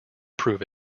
prove